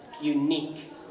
unique